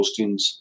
postings